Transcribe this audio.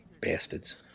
Bastards